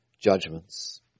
judgments